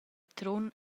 trun